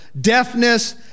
deafness